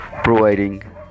providing